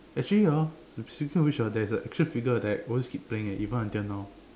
actually hor to to tell you there's a action figure that I always keep playing right even until now